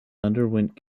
underwent